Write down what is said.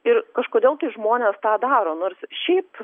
ir kažkodėl tai žmonės tą daro nors šiaip